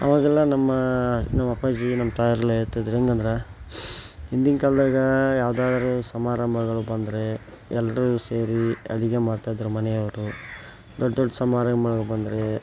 ಅವಾಗೆಲ್ಲ ನಮ್ಮ ನಮ್ಮ ಅಪ್ಪಾಜಿ ನಮ್ಮ ತಾಯೋರೆಲ್ಲ ಹೇಳ್ತಾಯಿದ್ರು ಹೇಗಂದ್ರೆ ಹಿಂದಿನ್ ಕಾಲದಾಗ ಯಾವುದಾದ್ರು ಸಮಾರಂಭಗಳು ಬಂದರೆ ಎಲ್ಲರೂ ಸೇರಿ ಅಡುಗೆ ಮಾಡ್ತಾಯಿದ್ದರು ಮನೆಯವರು ದೊಡ್ಡ ದೊಡ್ಡ ಸಮಾರಂಭ ಬಂದರೆ